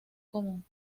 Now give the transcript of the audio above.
común